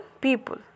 people